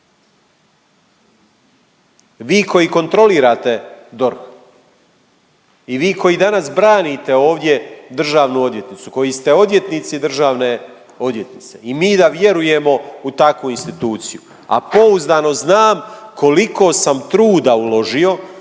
Vi koji kontrolirate DORH i vi koji danas branite ovdje državnu odvjetnicu koji ste odvjetnici državne odvjetnice i mi da vjerujemo u takvu instituciju, a pouzdano znam koliko sam truda uložio